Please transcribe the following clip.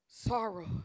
Sorrow